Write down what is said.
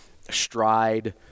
stride